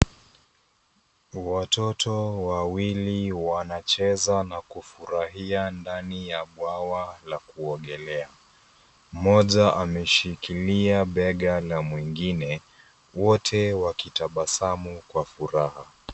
Watoto wawili wanacheza na kufurahia ndani ya bwawa la kuogelea. Mmoja ameshikilia bega la mwingine, wote wakitabasamu kwa furaha.